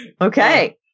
Okay